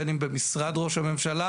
בין אם במשרד ראש הממשלה,